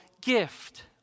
gift